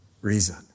reason